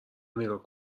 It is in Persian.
نگاه